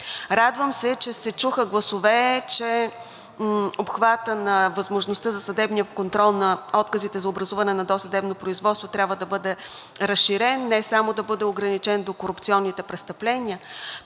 Радвам се, че се чуха гласове, че обхватът на възможността за съдебния контрол на отказите за образуване на досъдебно производство трябва да бъде разширен, а не само да бъде ограничен до корупционните престъпления.